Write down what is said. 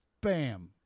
Bam